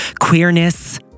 queerness